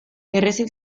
errezil